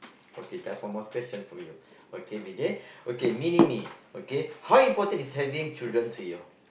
okay just one more question for you okay Vijay okay mini me okay how important is having children to you